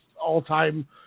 all-time